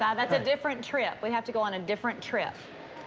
yeah that's a different trip. we'd have to go on a different trip.